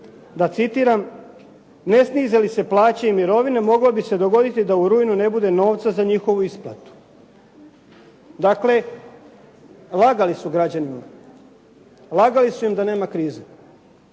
da citiram "ne snize li se plaće i mirovine, moglo bi se dogoditi da u rujnu ne bude novca za njihovu isplatu". Dakle, lagali su građanima. Lagali su im da nema krize.